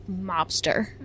mobster